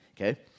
okay